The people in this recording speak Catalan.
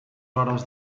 hores